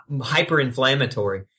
hyper-inflammatory